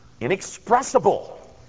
inexpressible